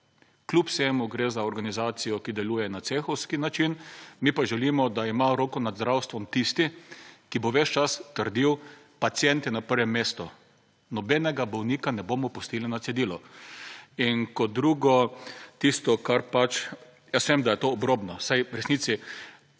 Kljub vsemu gre za organizacijo, ki deluje na cehovski način, mi pa želimo, da imajo roko nad zdravstvom tisti, ki bo ves čas trdil: pacient je na prvem mest, nobenega bolnika ne bomo pustili na cedilu. In kot drugo, tisto, kar pač, jaz vem, da je to obrobno, saj v resnici